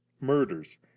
murders